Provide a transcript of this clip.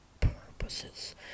purposes